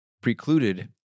precluded